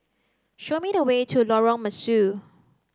show me the way to Lorong Mesu